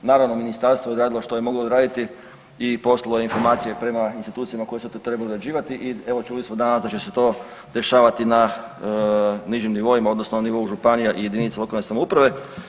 Naravno, ministarstvo je odradilo što je moglo odraditi i poslalo informacije prema institucijama koje su to trebale odrađivati i evo, čuli smo danas da će se to dešavati na nižim nivoima odnosno nivou županija i jedinica lokalne samouprave.